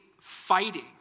fighting